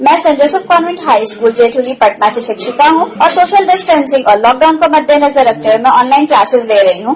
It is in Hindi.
मैं सेंट जोसफ कन्वेंट हाईस्कूल से जेठ्ली पटना की शिक्षिका हूं और सोशल डिस्टेंसिंग और लॉकडाउन को मदेनजर रखते हुए मैं ऑनलाइन क्लासिज ले रही हूं